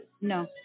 No